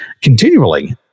continually